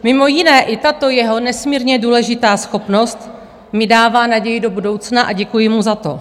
Mimo jiné i tato jeho nesmírně důležitá schopnost mi dává naději do budoucna a děkuji mu za to.